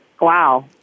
Wow